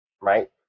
right